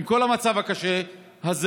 עם כל המצב הקשה הזה.